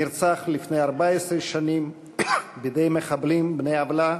נרצח לפני 14 שנים בידי מחבלים בני עוולה,